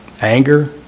anger